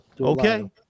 Okay